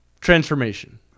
Transformation